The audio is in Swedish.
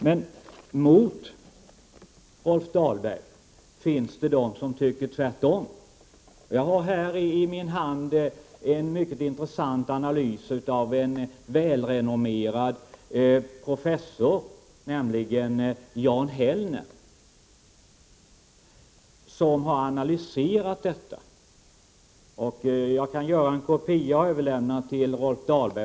Men det finns de som tycker tvärtom och alltså inte som Rolf Dahlberg. Jag har i min hand en mycket intressant analys av en välrenommerad professor, nämligen Jan Hellner. Jag kan göra en kopia och överlämna till Rolf Dahlberg.